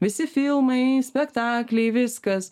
visi filmai spektakliai viskas